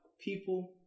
people